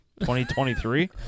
2023